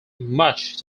much